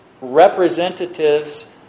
representatives